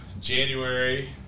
January